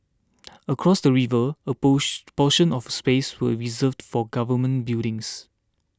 across the river a pose portion of space was reserved for government buildings